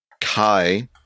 Kai